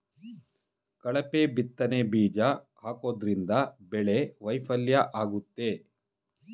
ಕಳಪೆ ಬಿತ್ತನೆ ಬೀಜ ಹಾಕೋದ್ರಿಂದ ಬೆಳೆ ವೈಫಲ್ಯ ಆಗುತ್ತೆ